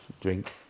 drink